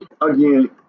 again